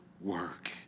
work